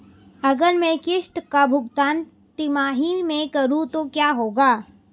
अगर मैं किश्त का भुगतान तिमाही में करूं तो क्या होगा?